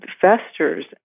festers